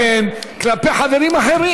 כי זה לא הוגן כלפי חברים אחרים.